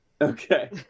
okay